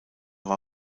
war